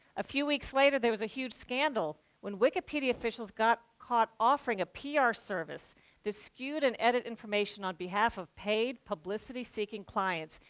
a few weeks later, there was a huge scandal when wikipedia officials got caught offering a ah pr service the skewed and edited information on behalf of paid publicity-seeking clients,